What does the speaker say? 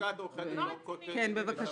לשכת עורכי הדין לא כותבת את הבחינה.